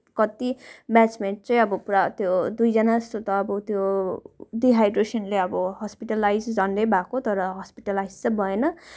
कति ब्याचमेट चाहिँ अब पुरा त्यो दुईजना जस्तो त अब त्यो डिहाइ़्रेसनले अब हस्पिटलाइजै झन्डै भएको तर हस्पिटलाइज चाहिँ भएन